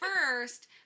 first